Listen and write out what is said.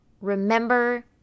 remember